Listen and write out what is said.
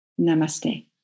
Namaste